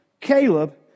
Caleb